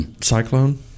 cyclone